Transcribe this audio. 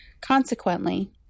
Consequently